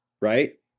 right